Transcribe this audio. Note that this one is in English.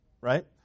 right